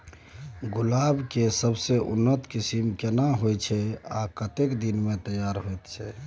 गुलाब के सबसे उन्नत किस्म केना होयत छै आ कतेक दिन में तैयार होयत छै?